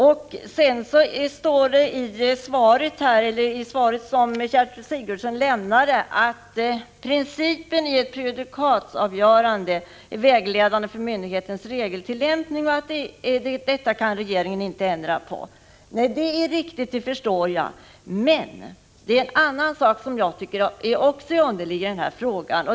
I det svar som Gertrud Sigurdsen lämnade står: ”Principerna i ett prejudikatavgörande är vägledande för myndigheternas regeltillämpning. Detta kan regeringen inte ändra genom beslut.” Det är riktigt, och det förstår jag. Men det är en annan sak som jag också tycker är underlig i den här frågan.